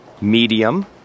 medium